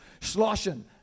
sloshing